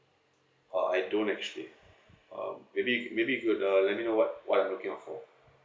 uh I don't actually uh maybe you maybe you could uh let me let me know what I'm looking out for